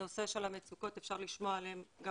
הנושא של המצוקות אפשר לשמוע עליהן גם